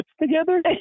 together